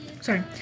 sorry